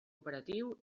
operatiu